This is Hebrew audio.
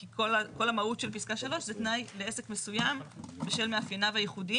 כי כל המהות של פסקה 3 זה תנאי לעסק מסוים בשל מאפייניו הייחודיים.